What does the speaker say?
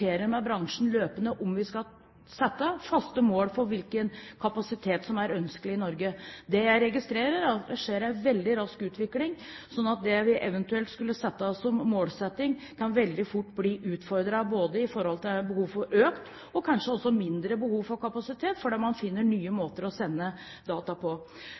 løpende med bransjen om vi skal sette faste mål for hvilken kapasitet som er ønskelig i Norge. Det jeg registrerer, er at det skjer en veldig rask utvikling. Så det vi eventuelt skulle sette oss som mål, kan veldig fort bli utfordret av behovet for både økt og kanskje også mindre kapasitet, fordi man finner nye måter å sende data på.